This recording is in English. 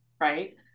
Right